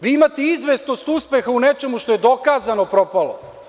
Vi imate izvesnost uspeha u nečemu što je dokazano propalo.